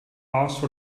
asked